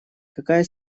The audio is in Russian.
какая